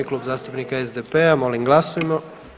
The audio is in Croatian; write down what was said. Klub zastupnika SDP-a, molim glasujmo.